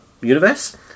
Universe